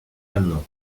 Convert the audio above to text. anno